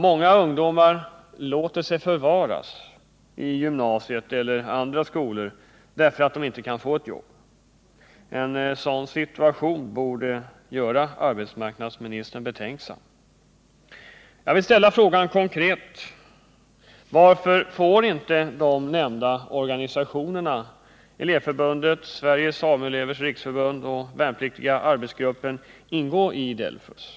Många ungdomar ”låta sig förvaras” i gymnasiet eller andra skolor därför att de inte kan få ett jobb. En sådan situation borde göra arbetsmarknadsministern betänksam. Jag vill ställa frågan konkret: Varför får inte de nämnda organisationerna — Elevförbundet, Sveriges AMU-elevers riksförbund och Värnpliktiga arbetsgruppen — ingå i DELFUS?